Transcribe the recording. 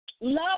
Love